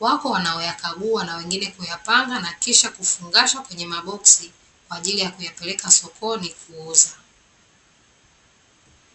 Wapo wanaoyakagua na wengine kuyapanga na kisha kufungashwa kwenye maboksi, kwa ajili ya kuyapeleka sokoni kuuza.